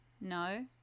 no